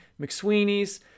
McSweeney's